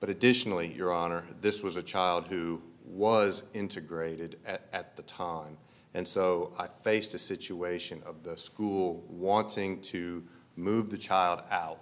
but additionally your honor this was a child who was integrated at the time and so i faced a situation of the school wanting to move the child out